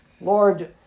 Lord